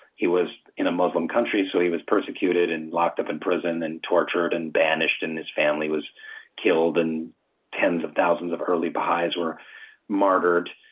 he was in a muslim country, so he was persecuted and locked up in prison and tortured and banished, and his family was killed. and tens of thousands early baha'is were martyred.